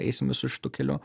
eisim visu šitu keliu